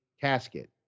casket